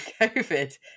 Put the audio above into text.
COVID